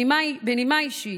בנימה אישית,